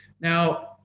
Now